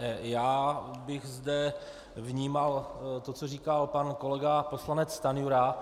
Já bych zde vnímal to, co říkal pan kolega poslanec Stanjura.